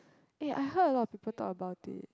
eh I heard a lot of people talk about it